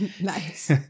Nice